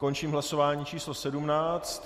Končím hlasování číslo 17.